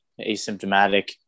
asymptomatic